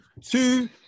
two